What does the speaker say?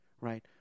right